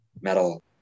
metal